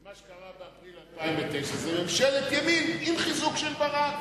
מה שקרה באפריל 2009 זה ממשלת ימין עם חיזוק של ברק.